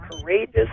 courageous